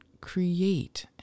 create